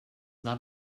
not